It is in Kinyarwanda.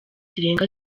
zirenga